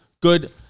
Good